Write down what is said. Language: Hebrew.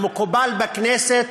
למקובל בכנסת,